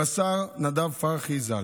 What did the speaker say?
רס"ר נדב פרחי ז"ל,